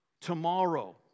tomorrow